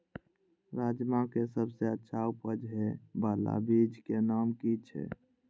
राजमा के सबसे अच्छा उपज हे वाला बीज के नाम की छे?